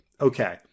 okay